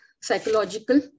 psychological